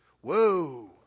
Whoa